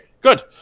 good